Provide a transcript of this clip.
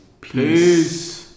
Peace